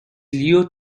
leo